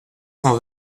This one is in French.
cent